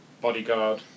bodyguard